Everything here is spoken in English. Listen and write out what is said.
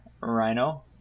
Rhino